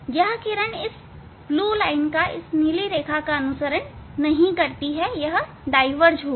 यह किरण इस नीली रेखा का अनुसरण नहीं करेगी यह डाईवर्ज होगी